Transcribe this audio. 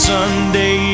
Sunday